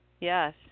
Yes